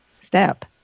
step